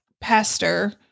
pastor